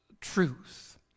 truth